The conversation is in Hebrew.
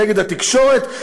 ונגד התקשורת,